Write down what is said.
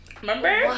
Remember